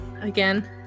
again